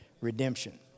redemption